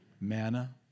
Manna